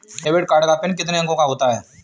Debit card का PIN कितने अंकों का होता है?